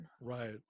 right